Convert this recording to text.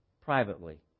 privately